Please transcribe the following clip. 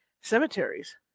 cemeteries